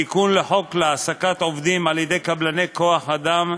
תיקון לחוק להעסקת עובדים על-ידי קבלני כוח-אדם,